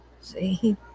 See